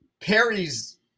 Perry's